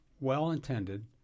well-intended